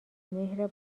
مهر